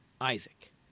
Isaac